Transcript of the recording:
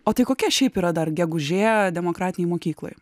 o tai kokia šiaip yra dar gegužė demokratinėj mokykloj